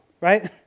right